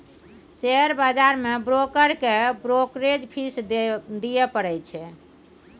share बजार मे broker केँ ब्रोकरेज फीस दियै परै छै